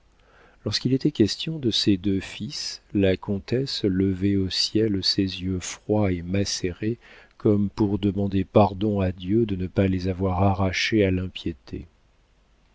propos lorsqu'il était question de ses deux fils la comtesse levait au ciel ses yeux froids et macérés comme pour demander pardon à dieu de ne pas les avoir arrachés à l'impiété